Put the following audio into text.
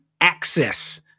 access